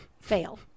fail